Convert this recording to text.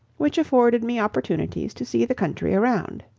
which afforded me opportunities to see the country around.